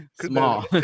Small